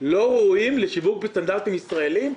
לא ראויים לשיווק בסטנדרטים ישראליים,